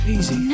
Easy